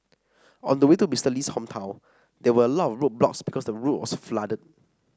on the way to Mister Lee's hometown there were a lot of roadblocks because the road was flooded